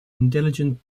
intelligent